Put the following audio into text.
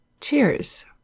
Cheers